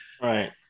Right